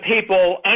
people